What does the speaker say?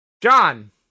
John